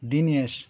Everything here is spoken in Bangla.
দিনেশ